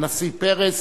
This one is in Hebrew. הנשיא פרס,